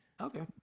Okay